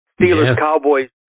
Steelers-Cowboys